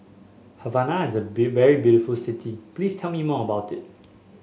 Havana is a very beautiful city Please tell me more about it